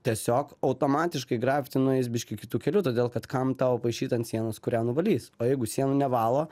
tiesiog automatiškai grafiti nueis biškį kitu keliu todėl kad kam tau paišyt ant sienos kurią nuvalys o jeigu sienų nevalo